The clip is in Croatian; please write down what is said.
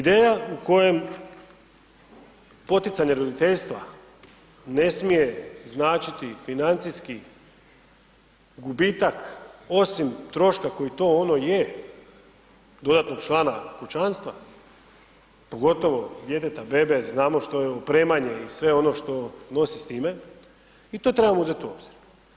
Ideja u kojem poticanje roditeljstva ne smije značiti financijski gubitak osim troška koje to ono je, dodatnog člana kućanstva, pogotovo djeteta, bebe, znamo što je, opremanje i sve ono što nosi s time, i to treba uzeti u obzir.